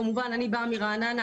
כמובן אני באה מרעננה,